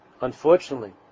Unfortunately